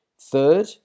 Third